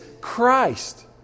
Christ